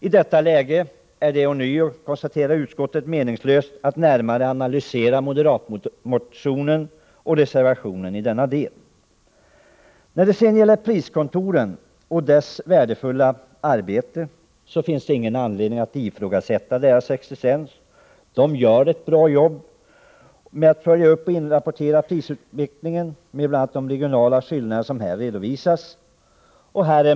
I detta läge är det ånyo, konstaterar utskottet, meningslöst att närmare analysera moderatmotionen och reservationen i denna del. När det gäller priskontoren och deras värdefulla arbete vill jag säga att det inte finns någon anledning att ifrågasätta dessas existens. De gör ett bra jobb genom att följa upp och inrapportera prisutvecklingen med bl.a. de regionala skillnader som här redovisas.